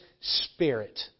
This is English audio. spirit